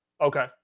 okay